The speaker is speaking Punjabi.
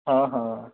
ਹਾਂ ਹਾਂ